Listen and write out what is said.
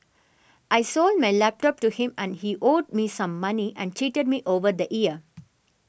I sold my laptop to him and he owed me some money and cheated me over the year